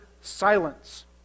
silence